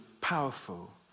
powerful